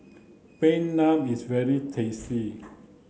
plain naan is very tasty